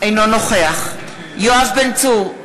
אינו נוכח יואב בן צור,